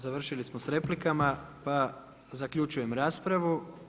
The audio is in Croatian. Završili smo s replikama pa zaključujem raspravu.